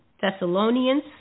Thessalonians